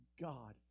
God